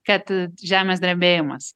kad žemės drebėjimas